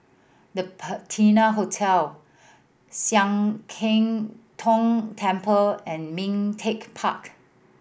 The Patina Hotel Sian Keng Tong Temple and Ming Teck Park